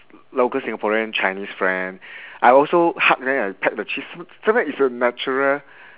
local singaporean chinese friend I also hug them and peck their cheeks sometimes it's a natural